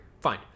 Fine